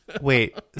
Wait